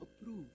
approve